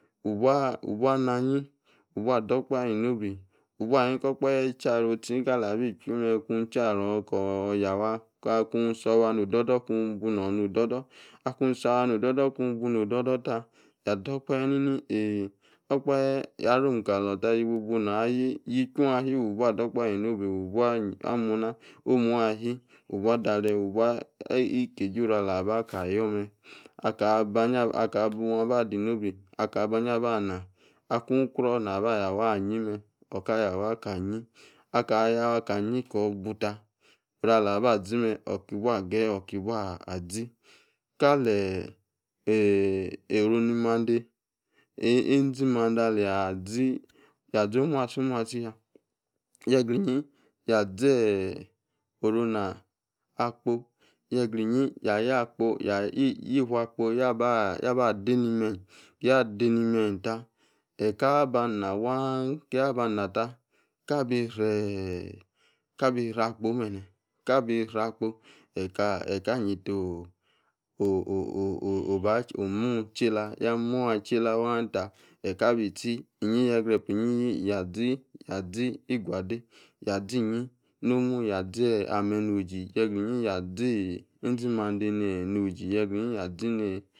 Wubua wubua na anyi wubua do̱ o̱kpahe nobe. Wubua aha ni ko̱ okpahe charu uzi ni kali bi chwi me̱ kun charo ka wuo̱ yawa kun si o̱wa ni ododo̱ kun buno̱ no odo̱do̱ Akun sawa no o̱do̱do̱ kun buno̱ no̱ odo̱do̱ ta. Ya do, okpahe nini ee okpahe yarom kalota yibu buno̱ ahi yichwu ahi yibua do̱ okpahe inobe wubua mo̱na wubua de̱re̱ ikeje oru alaba ka yo̱me̱. Akun abaa di nobe, akun ukruo̱ na ba yawa aka yime̱, oka yin. Ko̱buta oru alaba zi me̱ wubua ke̱ye̱ oki bua azi. Kali oru nimande, enzi mande aleyi zi, yazi omuasi omuasi ya. Yegra inyi yaya akpo inyi yaya akpo, yifu akpo, yaba de ni me̱yi ta, e̱yi ta bana waan. Kia ba nata kabi ire̱ akpo be̱ne̱. Ka bi hre akpo eka yeta amun achi yela. Aki amu achi yela ta, ka bi chi. Yegrepa inyi yazi yazi igwade. Yazi inyi nomu yazi ame noji. Yegra inyi enzi mande ni oji, yegra inyi yazi.